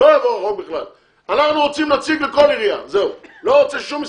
אנחנו רוצים נציג לכל עירייה, לא רוצה שום משחקים.